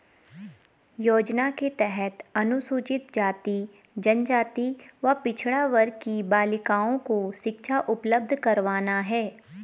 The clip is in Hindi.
योजना के तहत अनुसूचित जाति, जनजाति व पिछड़ा वर्ग की बालिकाओं को शिक्षा उपलब्ध करवाना है